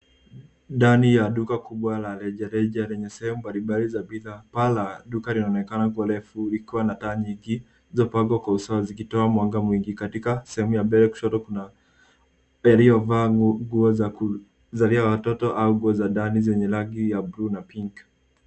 Ndani ya duka kubwa la rejareja lenye sehemu mbalimbali za bidhaa. Paa la duka linaonekana kuwa refu likiwa na taa nyingi zilizopangwa kwa usawa zikitoa mwanga mwingi. Katika sehemu ya mbele kushoto kuna aliyovaa nguo za kuzalia watoto au nguo za ndani zenye rangi ya bluu na pink .